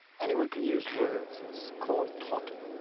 anyone can use words. it's called talking.